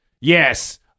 Yes